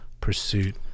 pursuit